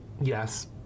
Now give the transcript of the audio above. Yes